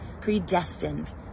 predestined